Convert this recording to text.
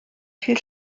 viel